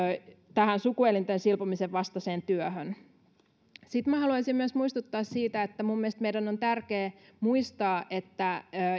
nimenomaan sukuelinten silpomisen vastaiseen työhön haluaisin myös muistuttaa siitä että mielestäni meidän on tärkeää muistaa että